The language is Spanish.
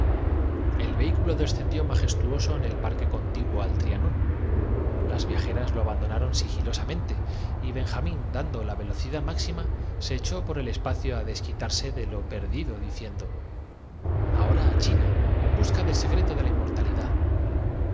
el vehículo descendió majestuoso en el parque con tiguo al trianon las viajeras lo abandonaron sigilosa mente y benjamín dando la velocidad máxima se echó por el espacio á desquitarse de lo perdido diciendo ahora á china en busca del secreto de la